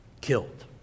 killed